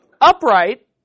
upright